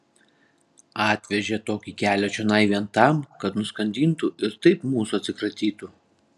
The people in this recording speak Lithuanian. atvežė tokį kelią čionai vien tam kad nuskandintų ir taip mūsų atsikratytų